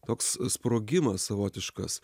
toks sprogimas savotiškas